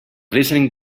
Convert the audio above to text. listening